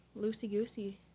loosey-goosey